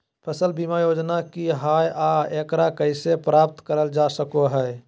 फसल बीमा योजना की हय आ एकरा कैसे प्राप्त करल जा सकों हय?